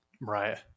right